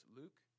luke